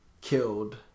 killed